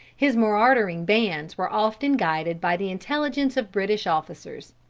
his marauding bands were often guided by the intelligence of british officers.